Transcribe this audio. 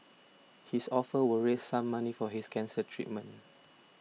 his offer will raise some money for his cancer treatment